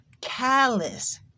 callous